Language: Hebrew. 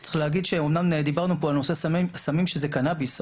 צריך להגיד שאמנם דיברנו פה על נושא סמים שזה קנאביס,